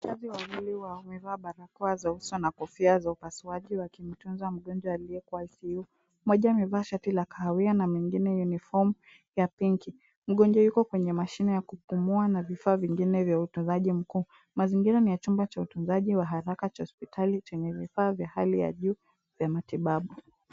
Wafanyakazi wawili wamevaa barakoa za uso na kofia za upasuaji wakimtunza mgonjwa aliye katika i c u. Mmoja amevalia shati ya kahawia na mwingine unifomu ya pinki. Mgonjwa yuko kwenye mashine ya kupumua na vifaa vingine vya utunzaji mkuu. Mazingira ni ya chumba cha utunzaji wa haraka wa hospitali chenye ya juu ya matibabu.